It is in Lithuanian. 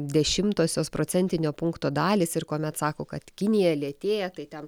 dešimtosios procentinio punkto dalys ir kuomet sako kad kinija lėtėja tai ten